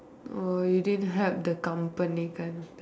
oh you didn't help the company kind of thing